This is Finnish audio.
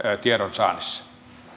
tiedonsaannissa